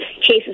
cases